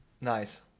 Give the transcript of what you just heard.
Nice